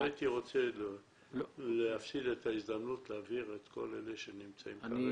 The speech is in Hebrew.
לא הייתי רוצה להפסיד את ההזדמנות להעביר את כל אלה שנמצאים כרגע.